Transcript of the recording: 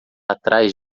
atrás